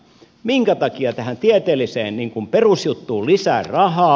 minkä takia tähän tieteelliseen perusjuttuun lisää rahaa